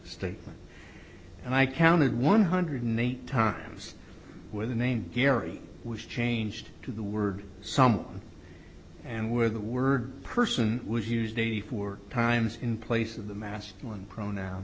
statement and i counted one hundred eight times where the named gary was changed to the word some and where the word person was used eighty four times in place of the masculine pronoun